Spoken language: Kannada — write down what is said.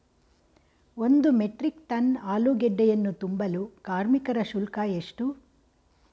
ಒಂದು ಮೆಟ್ರಿಕ್ ಟನ್ ಆಲೂಗೆಡ್ಡೆಯನ್ನು ತುಂಬಲು ಕಾರ್ಮಿಕರ ಶುಲ್ಕ ಎಷ್ಟು?